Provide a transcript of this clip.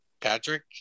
Patrick